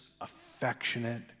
affectionate